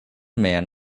man